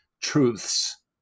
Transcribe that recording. truths